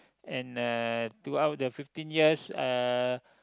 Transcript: and uh throughout the fifteen years uh